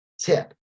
tip